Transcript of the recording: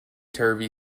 turvy